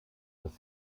dass